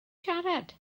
siarad